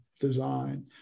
design